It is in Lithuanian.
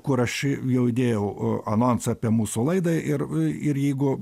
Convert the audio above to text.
kur aš jau įdėjau anonsą apie mūsų laidą ir ir jeigu